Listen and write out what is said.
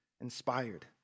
inspired